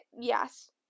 Yes